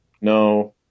No